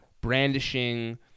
brandishing